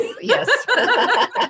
Yes